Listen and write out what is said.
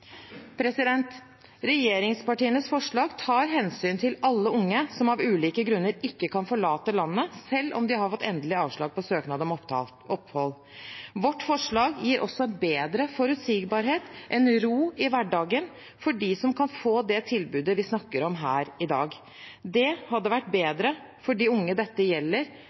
Regjeringspartienes forslag tar hensyn til alle unge som av ulike grunner ikke kan forlate landet selv om de har fått endelig avslag på søknad om opphold. Vårt forslag gir også bedre forutsigbarhet, en ro i hverdagen, for dem som kan få det tilbudet vi snakker om her i dag. Det hadde derfor vært bedre for de unge dette gjelder,